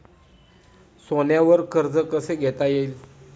सोन्यावर कर्ज कसे घेता येईल?